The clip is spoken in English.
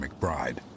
McBride